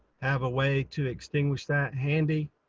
have a way to extinguish that handy.